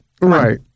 Right